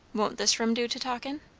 won't this room do to talk in?